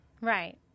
Right